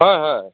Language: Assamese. হয় হয়